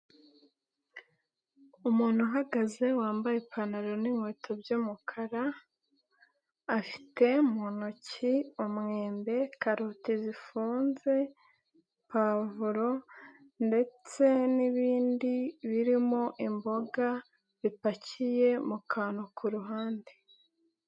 Umuntu uhagaze wambaye ipantaro n'inkweto by'umukara, afite mu ntoki umwembe, karoti, zifunze pavuro ndetse n'ibindi birimo imboga zipakiye mu kantu ku ruhande.